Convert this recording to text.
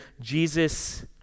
Jesus